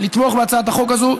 לתמוך בהצעת החוק הזו.